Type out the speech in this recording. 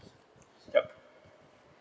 yup